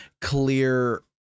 clear